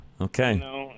okay